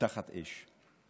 תחת אש.